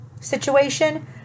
situation